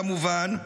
כמובן,